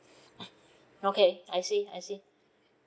okay I see I see